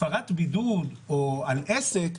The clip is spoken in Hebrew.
הפרת בידוד או על עסק,